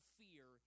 fear